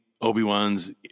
Obi-Wan's